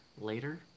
later